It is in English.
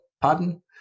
Pardon